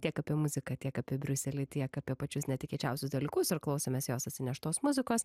tiek apie muziką tiek apie briuselį tiek apie pačius netikėčiausius dalykus ir klausėmės jos atsineštos muzikos